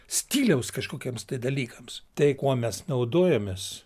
stiliaus kažkokiems dalykams tai kuo mes naudojamės